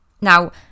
Now